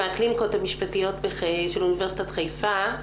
מהקליניקות המשפטיות של אוניברסיטת חיפה.